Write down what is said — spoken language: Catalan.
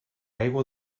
aigua